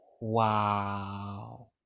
Wow